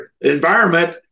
environment